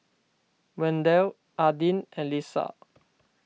Wendel Adin and Leesa